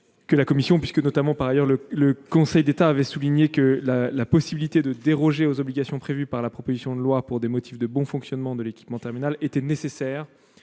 la commission. Le Conseil d'État a souligné que la possibilité de déroger aux obligations prévues par la proposition de loi pour des motifs de bon fonctionnement de l'équipement terminal était nécessaire